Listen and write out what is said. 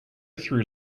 through